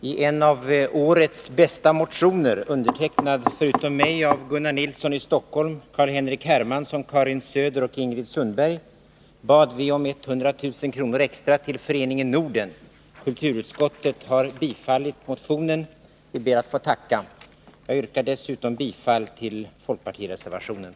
I fråga om detta betänkande hålls gemensam överläggning för samtliga punkter. Under den gemensamma övör att Zimbabwe icke övergår till att bli en socialistisk diktatur, en enpartistat, där det råder förtryck när det gäller de mänskliga rättigheterna?